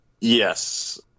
Yes